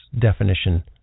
definition